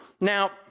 Now